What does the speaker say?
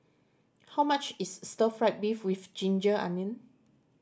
how much is stir fried beef with ginger onion